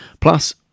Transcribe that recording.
Plus